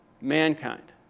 mankind